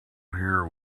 here